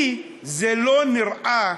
לי זה לא נראה,